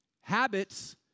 habits